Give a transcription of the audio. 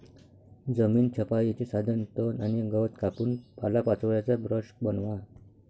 जमीन छपाईचे साधन तण आणि गवत कापून पालापाचोळ्याचा ब्रश बनवा